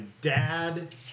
dad